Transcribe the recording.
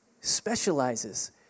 Specializes